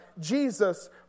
Jesus